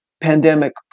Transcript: pandemic